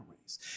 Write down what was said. ways